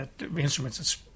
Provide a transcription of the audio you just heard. Instruments